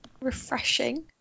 refreshing